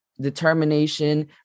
determination